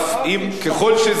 ככל שזה הוא,